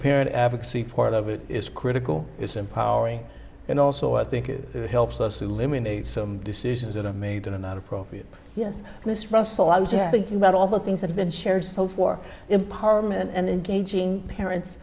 parent advocacy part of it is critical it's empowering and also i think it helps us eliminate some decisions that are made in a not appropriate yes miss russell i'm just thinking about all the things that have been shared so for empowerment and engaging parents